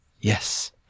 Yes